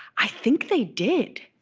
i think they did!